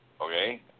okay